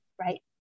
right